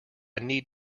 need